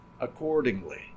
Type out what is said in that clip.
accordingly